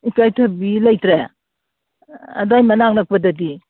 ꯏꯀꯥꯏ ꯊꯕꯤ ꯂꯩꯇ꯭ꯔꯦ ꯑꯗꯥꯏ ꯃꯅꯥꯛ ꯅꯛꯄꯗꯗꯤ